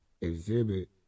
Exhibit